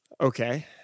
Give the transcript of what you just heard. Okay